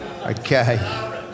Okay